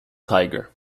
tiger